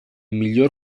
miglior